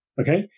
Okay